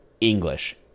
English